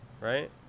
Right